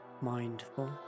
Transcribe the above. mindful